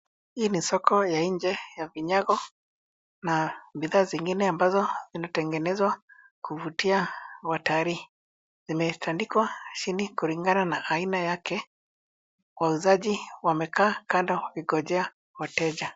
Hii ni soko ya nje ya vinyago na bidha zingine ambazo zinatengenezwa kuvutia watalii. Vimetandikwa chini kulingana na aina yake. Wauzaji wamekaa kando wakingojea wateja.